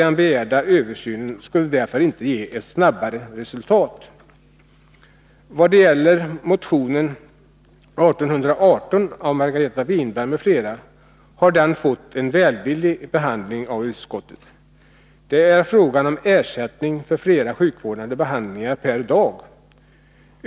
Den begärda översynen skulle därför inte ge snabbare resultat. Motion 1818 av Margareta Winberg m.fl. har fått en välvillig behandling av utskottet. Det är här fråga om ersättning för flera sjukvårdande behandlingar per dag.